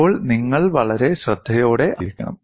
ഇപ്പോൾ നിങ്ങൾ വളരെ ശ്രദ്ധയോടെ ആയിരിക്കണം